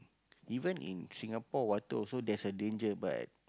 even in Singapore water also there's a danger but